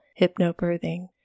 hypnobirthing